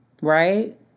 Right